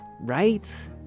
Right